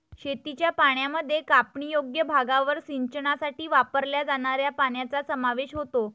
शेतीच्या पाण्यामध्ये कापणीयोग्य भागावर सिंचनासाठी वापरल्या जाणाऱ्या पाण्याचा समावेश होतो